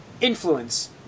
influence